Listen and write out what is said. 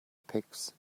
pigs